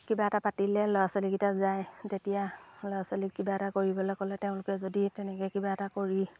কিবা এটা পাতিলে ল'ৰা ছোৱালীকেইটা যায় যেতিয়া ল'ৰা ছোৱালীক কিবা এটা কৰিবলৈ ক'লে তেওঁলোকে যদি তেনেকৈ কিবা এটা কৰি